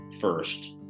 first